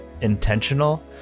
intentional